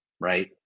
right